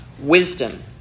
wisdom